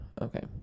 Okay